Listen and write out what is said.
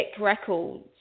Records